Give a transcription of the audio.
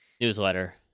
newsletter